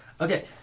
Okay